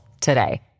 today